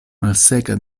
malseka